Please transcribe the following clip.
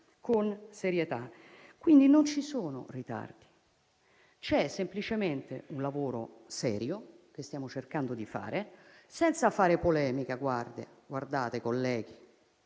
con serietà. Quindi non ci sono ritardi, ma c'è semplicemente un lavoro serio che stiamo cercando di fare. Lo dico senza fare polemica, colleghi;